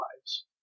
lives